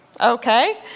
okay